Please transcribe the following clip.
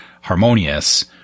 Harmonious